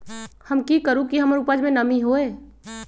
हम की करू की हमार उपज में नमी होए?